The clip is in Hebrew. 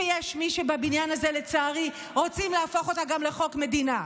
שיש מי בבניין הזה שרוצים להפוך אותה גם לחוק מדינה,